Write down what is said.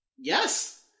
Yes